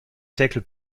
siècle